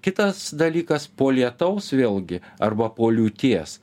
kitas dalykas po lietaus vėlgi arba po liūties